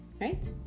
Right